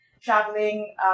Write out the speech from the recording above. traveling